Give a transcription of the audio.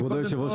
כבוד יושב הראש,